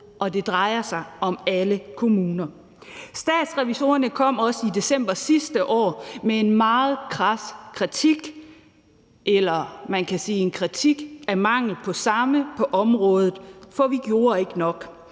og det drejer sig om alle kommuner. Statsrevisorerne kom også i december sidste år med en meget kras kritik af indsatsen på området, eller man kan sige en kritik af mangel på samme, for vi gjorde ikke nok.